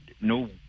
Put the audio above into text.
no